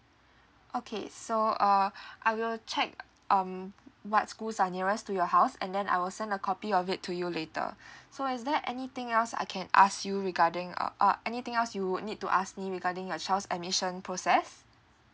okay so uh I will check um what schools are nearest to your house and then I will send a copy of it to you later so is there anything else I can ask you regarding uh uh anything else you would need to ask me regarding your child's admission process